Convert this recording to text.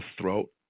throat